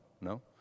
no